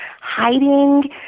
hiding